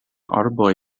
arboj